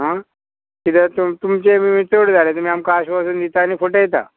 आं किद्याक तुम तुमचे बी चड जाले तुमी आमकां आश्वासन दिता आनी फटयता